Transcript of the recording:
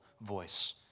voice